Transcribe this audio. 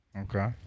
Okay